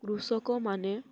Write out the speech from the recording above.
କୃଷକମାନେ